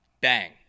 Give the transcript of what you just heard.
Bang